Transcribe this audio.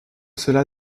cela